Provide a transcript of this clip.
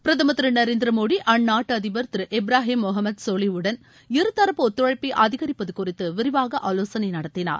பிரதமர் திரு நரேந்திர மோடி அந்நாட்டு அதிபர் திரு இப்ராஹிம் முகமது சோலிஹ் உடன் இருதரப்பு ஒத்துழைப்பை அதிகிப்பது குறித்து விரிவாக ஆலோசனை நடத்தினார்